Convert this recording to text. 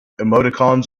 emoticons